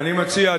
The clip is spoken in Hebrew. אני מציע,